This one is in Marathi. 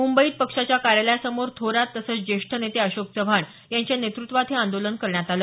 मुंबईत पक्षाच्या कार्यालयासमोर थोरात तसंच ज्येष्ठ नेते अशोक चव्हाण यांच्या नेतृत्वात हे आंदोलन करण्यात आलं